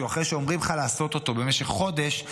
אחרי שאומרים לך לעשות אותו במשך חודש,